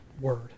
word